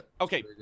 Okay